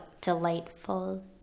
delightful